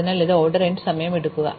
അതിനാൽ ഇത് order n സമയം എടുക്കും